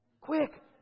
Quick